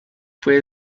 fue